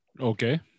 Okay